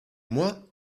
moi